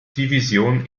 division